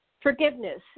Forgiveness